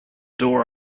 door